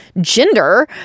gender